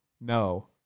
No